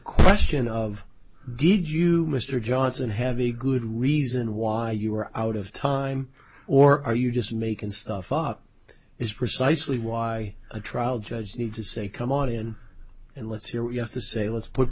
question of did you mr johnson have a good reason why you are out of time or are you just making stuff up is precisely why a trial judge needs to say come on in and let's hear what you have to say let's put